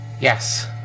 Yes